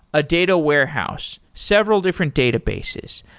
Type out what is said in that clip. a data warehouse, several different databases,